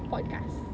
podcast